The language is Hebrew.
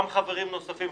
גם חברי כנסת נוספים.